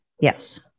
Yes